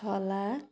छ लाख